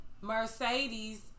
Mercedes